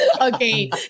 okay